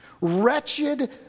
Wretched